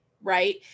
right